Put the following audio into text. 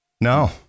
No